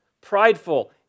prideful